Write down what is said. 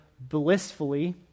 blissfully